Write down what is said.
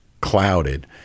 clouded